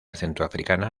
centroafricana